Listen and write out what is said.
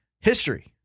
history